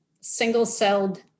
single-celled